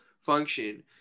function